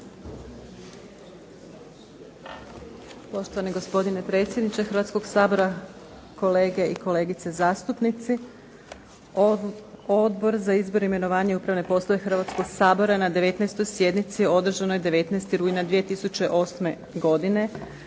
Poštovani gospodine predsjedniče Hrvatskog sabora, kolege i kolegice zastupnici. Odbor za izbor i imenovanje za upravne poslove Hrvatskog sabora na 19. sjednici održanoj 19. rujna 2008. godine